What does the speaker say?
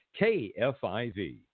KFIV